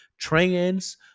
Trans